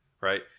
right